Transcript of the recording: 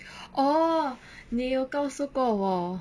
orh 你有告诉过我